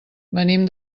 venim